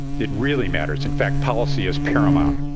it really matters. in fact, policy is paramount.